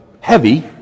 heavy